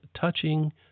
touching